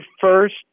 first